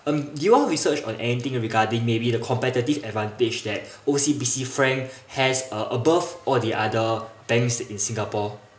um do you all research on anything regarding maybe the competitive advantage that O_C_B_C frank has uh above all the other banks in singapore